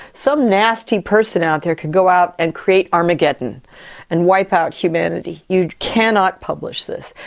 some nasty person out there can go out and create armageddon and wipe out humanity, you cannot publish this.